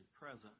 present